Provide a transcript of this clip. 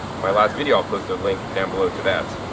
my last video, i'll post a link down below to that.